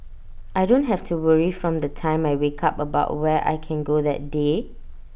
I don't have to worry from the time I wake up about where I can go that day